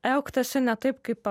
elgtasi ne taip kaip